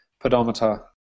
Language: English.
pedometer